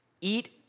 eat